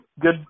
Good